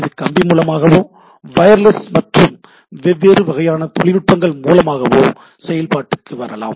இது கம்பி மூலமாகவோ வயர்லெஸ் மற்றும் வெவ்வேறு வகையான தொழில்நுட்பங்கள் மூலமாகவோ செயல்பாட்டுக்கு வரலாம்